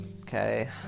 okay